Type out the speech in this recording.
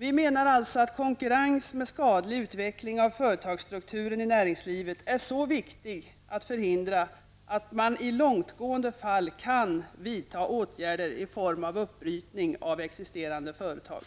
Vi menar alltså att konkurrens med skadlig utveckling av företagsstrukturen i näringslivet är så viktig att förhindra, att man i mycket långtgående fall kan vidta åtgärder i form av uppbrytning av existerande företag.